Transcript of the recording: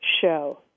show